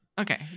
Okay